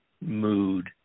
mood